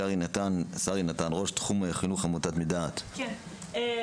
שרי נתן, ראש תחום חינוך בעמותת "מדעת", בבקשה.